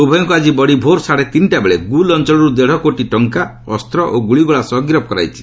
ଉଭୟଙ୍କୁ ଆଜି ବଡ଼ି ଭୋର୍ ସାଢ଼େ ତିନିଟା ବେଳେ ଗୁଲ ଅଞ୍ଚଳରୁ ଦେଢ଼ କୋଟି ଟଙ୍କା ଅସ୍ତ ଓ ଗୁଳିଗୋଳା ସହ ଗିରଫ୍ କରାଯାଇଛି